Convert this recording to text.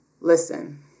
Listen